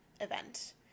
event